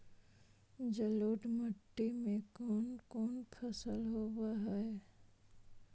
जलोढ़ मट्टी में कोन कोन फसल होब है?